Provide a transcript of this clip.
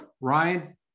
Ryan